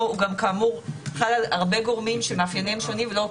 וכאמור הוא חל על הרבה גורמים עם מאפיינים שונים ולא רק